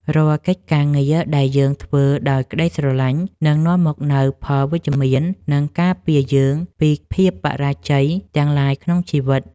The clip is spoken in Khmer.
រាល់កិច្ចការងារដែលយើងធ្វើដោយក្ដីស្រឡាញ់នឹងនាំមកនូវផលវិជ្ជមាន និង ការពារយើងពីភាពបរាជ័យទាំងឡាយក្នុងជីវិត។